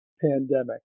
pandemic